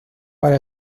para